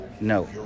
No